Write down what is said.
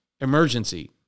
emergency